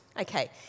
Okay